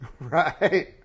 Right